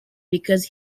because